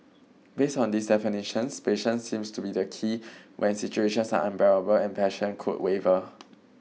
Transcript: based on these definitions patience seems to be the key when situations are unbearable and passion could waver